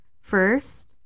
first